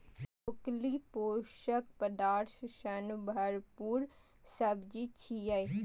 broccoli पोषक पदार्थ सं भरपूर सब्जी छियै